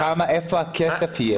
השאלה איפה יהיה הכסף.